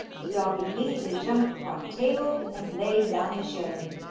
the dog immediately jumped upon the table and laid down the shilling,